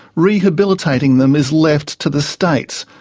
rehabilitating them is left to the states,